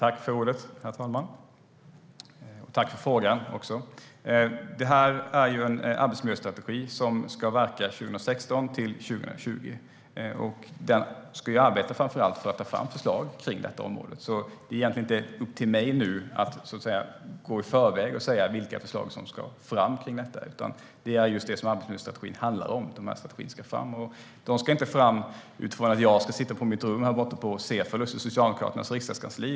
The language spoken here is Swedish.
Herr talman! Tack för frågan, Annika Qarlsson! Det här är en arbetsmiljöstrategi som ska verka 2016-2020. Man ska framför allt arbeta för att ta fram förslag inom detta område. Det är egentligen inte upp till mig att gå i förväg och säga vilka förslag som ska tas fram, utan det är det som arbetsmiljöstrategin handlar om. De här strategierna ska tas fram, och det ska inte ske utifrån att jag sitter på mitt rum i Socialdemokraternas riksdagskansli.